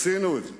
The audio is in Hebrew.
ועשינו את זה,